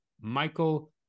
Michael